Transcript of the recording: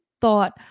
thought